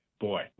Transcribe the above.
boy